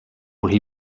where